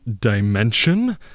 dimension